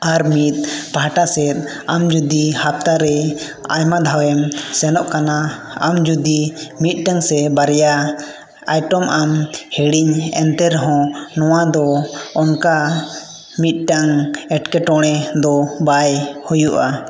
ᱟᱨ ᱢᱤᱫ ᱯᱟᱦᱴᱟ ᱥᱮᱫ ᱟᱢ ᱡᱩᱫᱤ ᱦᱟᱯᱛᱟ ᱨᱮ ᱟᱭᱢᱟ ᱫᱷᱟᱣᱮᱢ ᱥᱮᱱᱚᱜ ᱠᱟᱱᱟ ᱟᱢ ᱡᱩᱫᱤ ᱢᱤᱫᱴᱟᱝ ᱥᱮ ᱵᱟᱨᱭᱟ ᱟᱭᱴᱮᱢ ᱟᱢ ᱦᱤᱲᱤᱧ ᱮᱱᱛᱮ ᱨᱮᱦᱚᱸ ᱱᱚᱣᱟ ᱫᱚ ᱚᱱᱠᱟ ᱢᱤᱫᱴᱟᱝ ᱮᱴᱠᱮᱴᱚᱬᱮ ᱫᱚ ᱵᱟᱭ ᱦᱩᱭᱩᱜᱼᱟ